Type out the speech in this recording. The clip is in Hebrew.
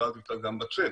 ששאלתי אותה גם בצ'ט,